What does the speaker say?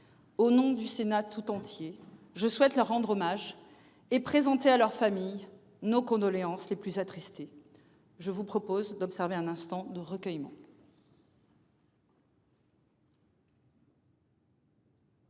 Au nom du Sénat tout entier. Je souhaite leur rendre hommage et présenter à leur famille nos condoléances les plus attristées. Je vous propose d'observer un instant de recueillement.